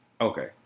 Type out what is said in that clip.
Okay